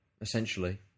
essentially